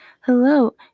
Hello